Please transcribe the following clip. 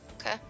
Okay